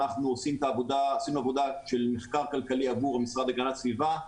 עשינו עבודה של מחקר כלכלי עבור המשרד להגנת הסביבה,